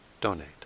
donate